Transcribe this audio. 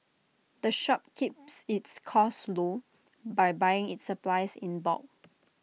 the shop keeps its costs low by buying its supplies in bulk